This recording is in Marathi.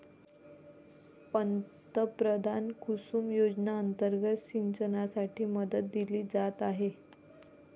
पंतप्रधान कुसुम योजना अंतर्गत सिंचनासाठी मदत दिली जात आहे